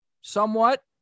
somewhat